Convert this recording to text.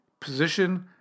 position